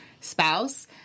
spouse